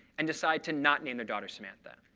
and decide to not name their daughter samantha.